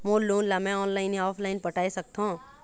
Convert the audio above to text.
मोर loan ला मैं online या ऑफलाइन पटाए सकथों?